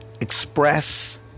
express